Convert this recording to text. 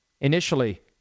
initially